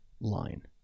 line